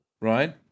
right